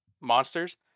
monsters